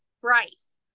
Bryce